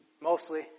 Mostly